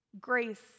Grace